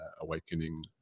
awakening